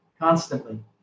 constantly